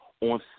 on